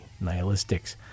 Nihilistics